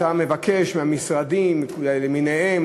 ואתה מבקש מהמשרדים למיניהם,